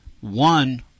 One